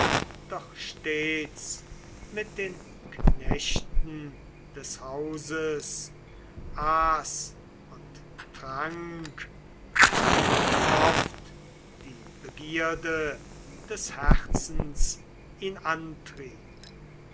doch stets mit den knechten des hauses aß und trank sooft die begierde des herzens ihn antrieb